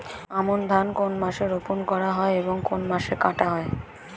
আমন ধান কোন মাসে রোপণ করা হয় এবং কোন মাসে কাটা হয়?